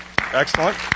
Excellent